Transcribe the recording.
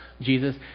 Jesus